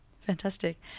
Fantastic